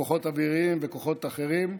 כוחות אוויריים וכוחות אחרים.